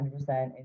100%